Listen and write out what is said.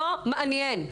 לא מעניין.